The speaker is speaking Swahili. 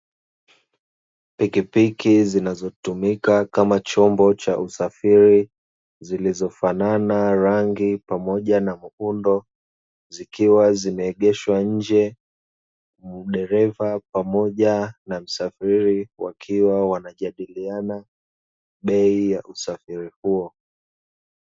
Pikipiki zinazotumika kama chombo cha usafiri zilizofanana rangi pamoja na muundo zikiwa zimeegeshwa nje, dereva pamoja na msafiri wakiwa wanajadiliana bei ya usafiri huo